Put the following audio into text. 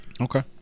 Okay